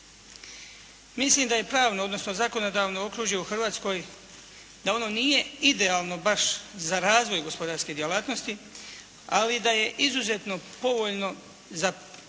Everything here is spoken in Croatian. Mislim da je pravno odnosno zakonodavno okružje u Hrvatskoj, da ono nije idealno baš za razvoj gospodarske djelatnosti ali da je izuzetno povoljno za